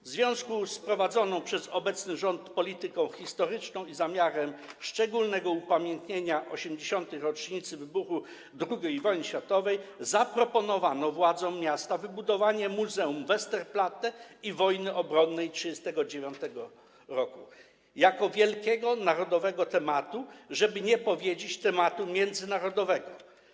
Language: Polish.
W związku z prowadzoną przez obecny rząd polityką historyczną i zamiarem szczególnego upamiętnienia 80. rocznicy wybuchu II wojny światowej zaproponowano władzom miasta wybudowanie muzeum Westerplatte i wojny obronnej 1939 r. jako wielkiego narodowego tematu, żeby nie powiedzieć: tematu międzynarodowego.